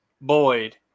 Boyd